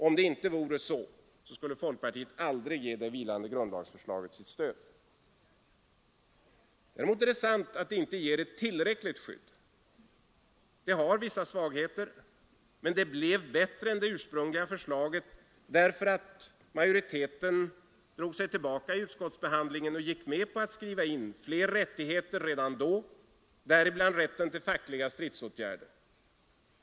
Om det inte vore så skulle aldrig folkpartiet ge det vilande grundlagsförslaget sitt stöd. Däremot är det sant att det vilande grundlagsförslaget inte ger tillräckligt skydd. Förslaget har vissa svagheter, men det blev bättre än det ursprungliga förslaget därför att majoriteten drog sig tillbaka vid utskottsbehandlingen och gick med på att skriva in fler rättigheter i grundlagen redan då, däribland rätten till fackliga stridsåtgärder.